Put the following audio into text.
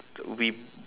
the we